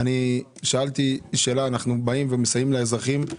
אני שאלתי שאלה, אנחנו באים ומסייעים לאזרחים,